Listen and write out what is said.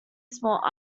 small